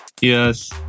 Yes